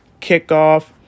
kickoff